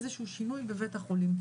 איזה שהוא שינוי בבתי החולים,